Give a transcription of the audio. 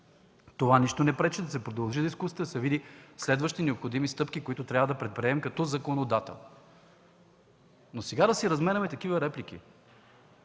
банка, нищо не пречи да се продължи дискусията, да се видят следващите необходими стъпки, които трябва да предприемем като законодател. Но сега да си разменяме такива реплики